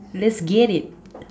let's get it